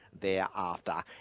thereafter